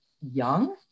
young